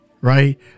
right